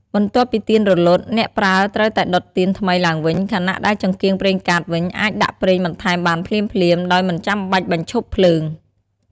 បន្ទាប់ពីទៀនរលត់ អ្នកប្រើត្រូវតែដុតទៀនថ្មីឡើងវិញ ខណៈដែលចង្កៀងប្រេងកាតវិញ អាចដាក់ប្រេងបន្ថែមបានភ្លាមៗ ដោយមិនចាំបាច់បញ្ឈប់ភ្លើង។